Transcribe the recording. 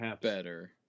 better